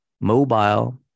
mobile